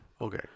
Okay